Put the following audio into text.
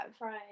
Right